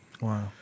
Wow